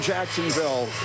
Jacksonville